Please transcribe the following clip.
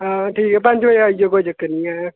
हां ठीक ऐ पंज बजे आई जाएओ कोई चक्कर निं ऐ